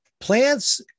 plants